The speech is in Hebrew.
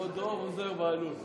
או דב או זוהיר בהלול.